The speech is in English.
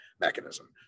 mechanism